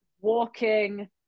walking